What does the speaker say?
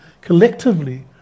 Collectively